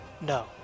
No